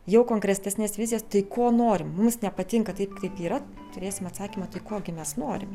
jau konkretesnes vizijas tai ko norim mums nepatinka taip kaip yra turėsime atsakymą tai ko gi mes norime